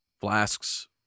flasks